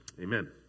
Amen